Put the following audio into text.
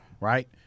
Right